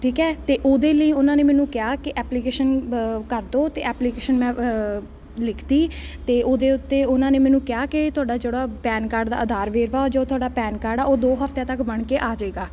ਠੀਕ ਹੈ ਅਤੇ ਉਹਦੇ ਲਈ ਉਹਨਾਂ ਨੇ ਮੈਨੂੰ ਕਿਹਾ ਕਿ ਐਪਲੀਕੇਸ਼ਨ ਕਰ ਦਿਓ ਅਤੇ ਐਪਲੀਕੇਸ਼ਨ ਮੈਂ ਲਿਖਤੀ ਅਤੇ ਉਹਦੇ ਉੱਤੇ ਉਹਨਾਂ ਨੇ ਮੈਨੂੰ ਕਿਹਾ ਕਿ ਤੁਹਾਡਾ ਜਿਹੜਾ ਪੈਨ ਕਾਰਡ ਦਾ ਆਧਾਰ ਵੇਰਵਾ ਜੋ ਤੁਹਾਡਾ ਪੈਨ ਕਾਰਡ ਆ ਉਹ ਦੋ ਹਫਤਿਆਂ ਤੱਕ ਬਣ ਕੇ ਆ ਜਾਏਗਾ